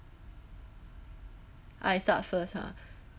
I start first ah